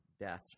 death